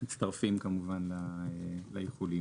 מצטרפים כמובן לאיחולים.